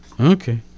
Okay